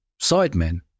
Sidemen